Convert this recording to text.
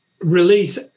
release